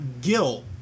guilt